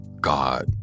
God